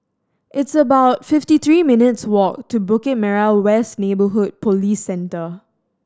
it's about fifty three minutes' walk to Bukit Merah West Neighbourhood Police Center